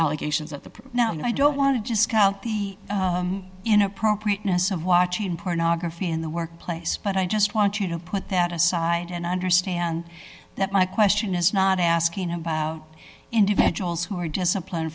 allegations at the now no i don't want to discount the inappropriateness of watching pornography in the workplace but i just want to know put that aside and understand that my question is not asking about individuals who were discipline